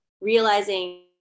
Realizing